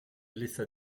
laissa